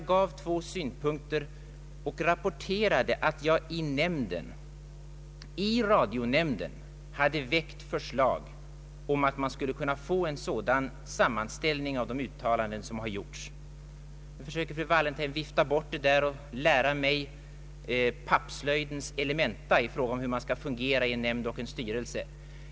Men jag anförde två synpunkter och rapporterade, att jag i radionämnden hade väckt förslag om att man skulle få en sammanställning av de uttalanden som har gjorts från nämndens sida. Fru Wallentheim försöker vifta bort detta och lära mig pappslöjdens elementa i fråga om hur man skall fungera i en nämnd och i en styrelse.